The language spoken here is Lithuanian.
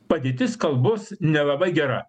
padėtis kalbos nelabai gera